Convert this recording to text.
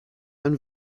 and